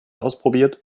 ausprobiert